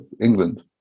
England